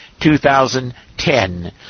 2010